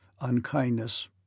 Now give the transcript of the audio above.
Unkindness